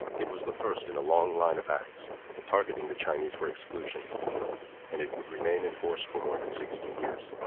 it was the first in a long line of acts targeting the chinese for exclusion and it would remain in force for more than sixty years.